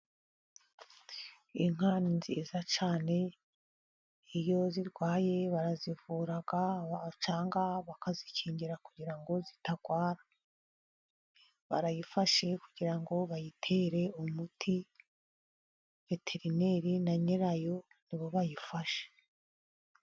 Inka ni nziza cyane iyo zirwaye barazivura cyangwa bakazikingira kugira ngo zitarwara, barayifashe kugira ngo bayitere umuti veterineri na nyirayo nibo bayifashe.